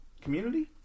community